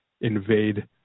invade